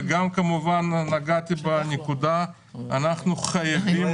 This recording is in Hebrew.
וגם נגעתי בנקודה אנחנו חייבים